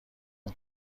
اون